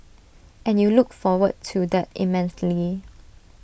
and you look forward to that immensely